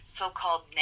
so-called